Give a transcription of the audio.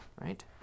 right